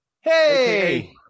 Hey